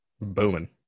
booming